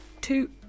Two